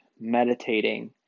meditating